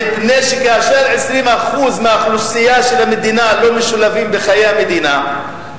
מפני שכאשר 20% מהאוכלוסייה של המדינה לא משולבים בחיי המדינה,